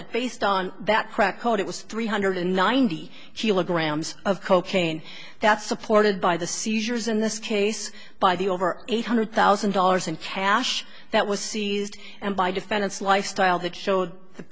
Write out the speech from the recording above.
that based on that crack code it was three hundred and ninety sheila grams of cocaine that's supported by the seizures in this case by the over eight hundred thousand dollars in cash that was seized by defendants lifestyle that showed the